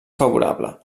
favorable